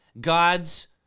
God's